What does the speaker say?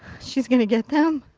she's going to get them.